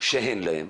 שאין להם,